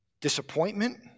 Disappointment